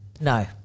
No